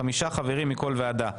חמישה חברים מכל ועדה.